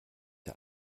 der